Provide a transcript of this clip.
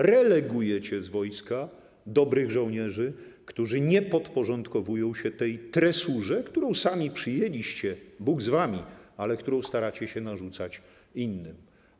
Relegujecie z wojska dobrych żołnierzy, którzy nie podporządkowują się tej tresurze, którą sami przyjęliście, Bóg z wami, ale którą staracie się też narzucać innym.